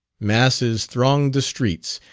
masses thronged the streets,